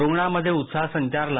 रुग्णांमध्ये उत्साह संचारला